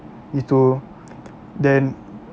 gitu then